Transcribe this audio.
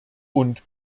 und